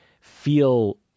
feel